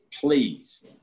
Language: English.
please